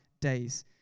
days